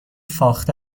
فاخته